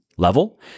Level